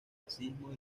racismo